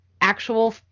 actual